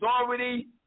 authority